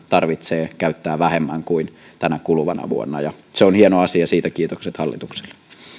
tarvitsee käyttää rahaa vähemmän kuin tänä kuluvana vuonna se on hieno asia siitä kiitokset hallitukselle